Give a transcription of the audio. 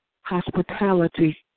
hospitality